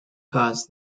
cars